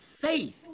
faith